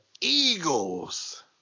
Eagles